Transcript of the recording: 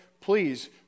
please